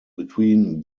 between